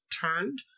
turned